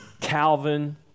Calvin